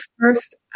first